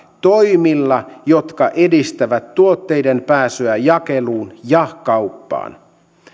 toimilla jotka edistävät tuotteiden pääsyä jakeluun ja kauppaan